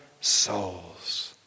souls